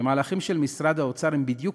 שהמהלכים של משרד האוצר הם בדיוק